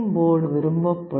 board விரும்பப்படும்